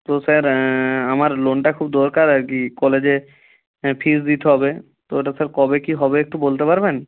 তো স্যার আমার লোনটা খুব দরকার আর কি কলেজে ফিজ দিতে হবে তো ওটা স্যার কবে কী হবে একটু বলতে পারবেন